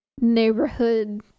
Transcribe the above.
neighborhood